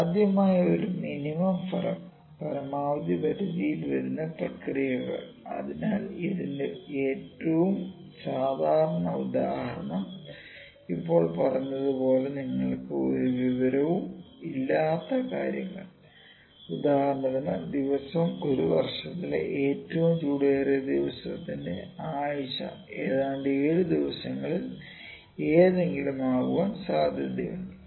സാധ്യമായ ഒരു ഫലം മിനിമം പരമാവധി പരിധിയിൽ വരുന്ന പ്രക്രിയകൾ അതിനാൽ ഇതിന്റെ ഏറ്റവും സാധാരണ ഉദാഹരണം ഇപ്പോൾ പറഞ്ഞതുപോലെ നിങ്ങൾക്ക് ഒരു വിവരവും ഇല്ലാത്തതുമായ കാര്യങ്ങൾഉദാഹരണത്തിന് ദിവസം ഒരു വർഷത്തിലെ ഏറ്റവും ചൂടേറിയ ദിവസത്തിന്റെ ആഴ്ച ഏതാണ്ട് 7 ദിവസങ്ങളിൽ ഏതെങ്കിലും ആകാൻ സാധ്യതയുണ്ട്